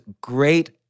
great